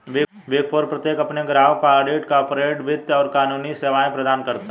big four प्रत्येक अपने ग्राहकों को ऑडिट, कॉर्पोरेट वित्त और कानूनी सेवाएं प्रदान करता है